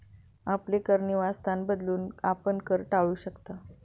आपले कर निवासस्थान बदलून, आपण कर टाळू शकता